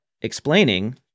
explaining